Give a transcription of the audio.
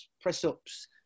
press-ups